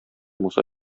муса